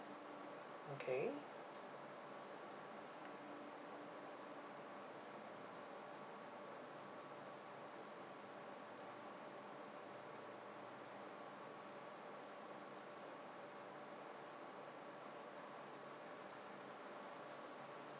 okay